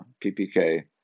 PPK